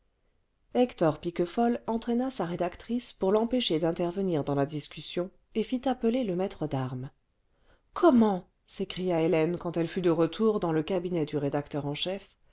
hector piquefol entraîna sa rédactrice pour l'empêcher d'intervenir dans la discussion et fit appeler le maître d'armes comment s'écria hélène quand elle fut de retour dans le cabinet du rédacteur en chef